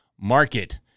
market